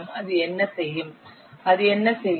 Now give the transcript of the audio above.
அது என்ன செய்யும் அது என்ன செய்யும்